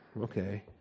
okay